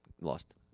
lost